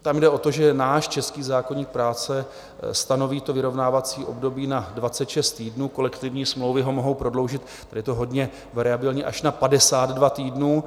Tam jde o to, že náš český zákoník práce stanoví vyrovnávací období na 26 týdnů, kolektivní smlouvy ho mohou prodloužit, je to hodně variabilní, až na 52 týdnů.